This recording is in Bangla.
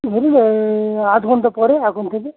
বুঝলে আধ ঘন্টা পরে এখন থেকে